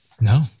No